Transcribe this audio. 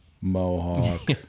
Mohawk